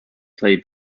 play